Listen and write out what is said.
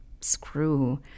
screw